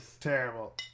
Terrible